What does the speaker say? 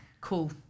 cool